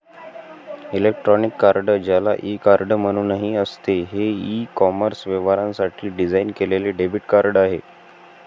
electronic card, ज्याला e card म्हणूनही असते, हे ई कॉमर्स व्यवहारांसाठी डिझाइन केलेले डेबिट कार्ड आहे